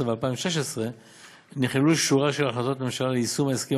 ו-2016 נכללו שורה של החלטות ממשלה ליישום ההסכמים